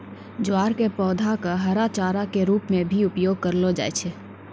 ज्वार के पौधा कॅ हरा चारा के रूप मॅ भी उपयोग करलो जाय छै